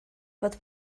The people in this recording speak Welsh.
fod